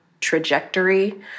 trajectory